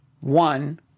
one